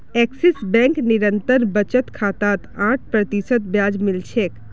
axis bank निरंतर बचत खातात आठ प्रतिशत ब्याज मिल छेक